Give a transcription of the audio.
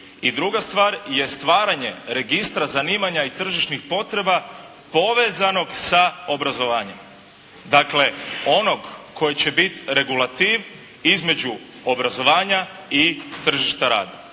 I druga stvar je stvaranje registra zanimanja i tržišnih potreba povezanog sa obrazovanjem. Dakle, onog koje će biti regulativ između obrazovanja i tržišta rada